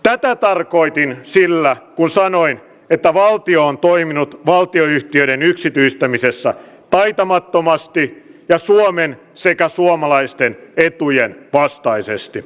tätä tarkoitin sillä kun sanoin että valtio on toiminut valtionyhtiöiden yksityistämisessä taitamattomasti ja suomen sekä suomalaisten etujen vastaisesti